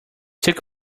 took